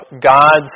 God's